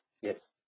Yes